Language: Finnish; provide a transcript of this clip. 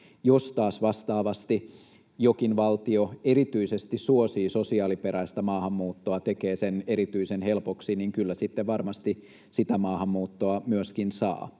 Jos taas vastaavasti jokin valtio erityisesti suosii sosiaaliperäistä maahanmuuttoa, tekee sen erityisen helpoksi, niin kyllä sitten varmasti sitä maahanmuuttoa myöskin saa.